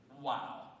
Wow